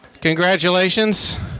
Congratulations